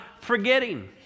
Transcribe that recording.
forgetting